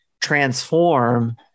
transform